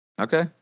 Okay